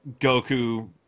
Goku